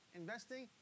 investing